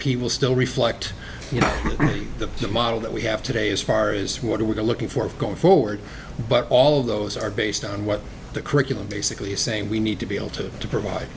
people still reflect the model that we have today as far as what we're going looking for going forward but all of those are based on what the curriculum basically saying we need to be able to provide